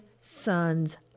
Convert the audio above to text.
son's